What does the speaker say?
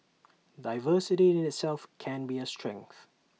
diversity in itself can be A strength